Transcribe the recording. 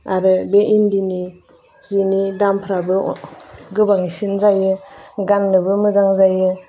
आरो बे इन्दिनि जिनि दामफोराबो गोबांसिन जायो गाननोबो मोजां जायो